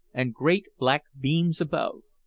and great black beams above.